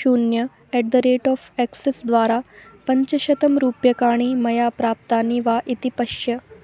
शून्यं at the rate of Axis द्वारा पञ्चशतं रूप्यकाणि मया प्राप्तानि वा इति पश्य